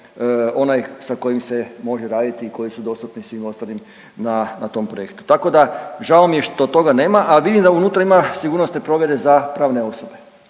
onaj sa kojim se može raditi i koji su dostupni svim ostalim na, na tom projektu. Tako da žao što toga nema, a vidim da unutra ima sigurnosne provjere za pravne osobe,